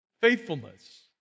Faithfulness